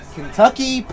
Kentucky